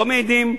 לא מעידים,